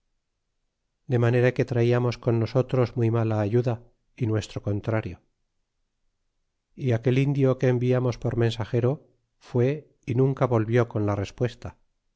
de manera que traíamos con nosotros muy mala ayuda y nuestro contrario y aquel indio que enviamos por mensagero fue y nunca volvió con la respuesta